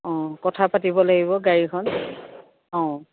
অঁ কথা পাতিব লাগিব গাড়ীখন অঁ